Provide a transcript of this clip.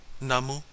Namu